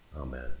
Amen